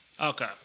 Okay